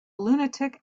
lunatic